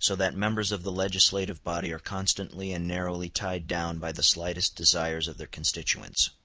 so that members of the legislative body are constantly and narrowly tied down by the slightest desires of their constituents.